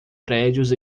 prédios